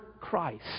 Christ